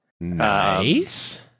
nice